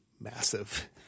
massive